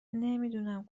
نمیدونم